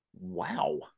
wow